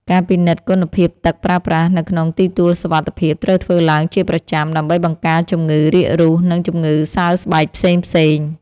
ការពិនិត្យគុណភាពទឹកប្រើប្រាស់នៅក្នុងទីទួលសុវត្ថិភាពត្រូវធ្វើឡើងជាប្រចាំដើម្បីបង្ការជំងឺរាករូស និងជំងឺសើស្បែកផ្សេងៗ។